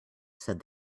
said